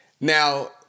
now